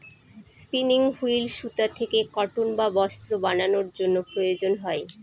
spinning wheel সুতা থেকে cotton বা বস্ত্র বানানোর জন্য প্রয়োজন হয়